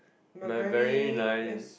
my very wheres